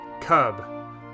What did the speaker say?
cub